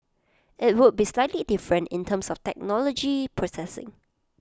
IT would be slightly different in terms of technology processing